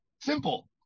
Simple